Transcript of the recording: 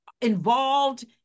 involved